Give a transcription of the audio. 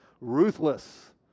ruthless